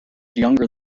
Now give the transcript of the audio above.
younger